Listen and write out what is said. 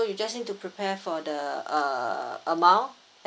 so you just need to prepare for the uh amount